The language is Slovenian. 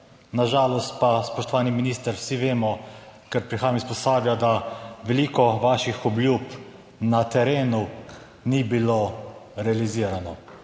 na žalost pa spoštovani minister, vsi vemo, ker prihajam iz Posavja, da veliko vaših obljub na terenu ni bilo realizirano.